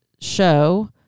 show